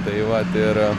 tai vat ir